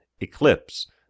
Eclipse